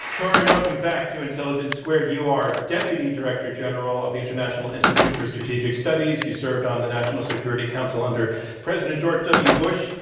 kori, welcome back to intelligence squared. you are deputy director general of the international institute for strategic studies. you served on the national security council under president george w. bush.